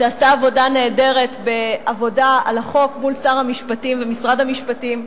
שעשתה עבודה נהדרת בעבודה על החוק מול שר המשפטים ומשרד המשפטים.